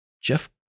Jeff